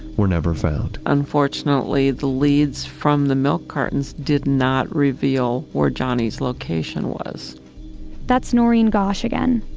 were never found. unfortunately, the leads from the milk cartons did not reveal where johnny's location was that's noreen gosh again.